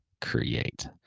create